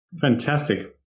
Fantastic